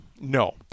No